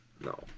no